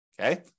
Okay